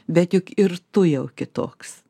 bet juk ir tu jau kitoks